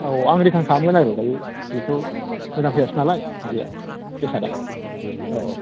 औ आं रिटार्न खालामगोन आरो दायो बेथ' मोजां फैयासैनालाय माबाया बेसादा औ औ